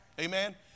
amen